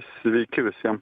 sveiki visi